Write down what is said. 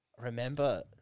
Remember